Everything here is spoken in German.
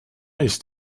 ist